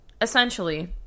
essentially